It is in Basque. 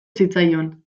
zitzaion